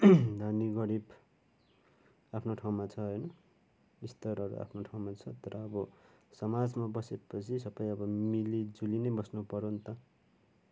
धनी गरिब आफ्नो ठाउँमा छ है स्तरहरू आफ्नो ठाउँमा छ तर अब समाजमा बसेपछि सबै अब मिलिजुली नै बस्नुपऱ्यो नि त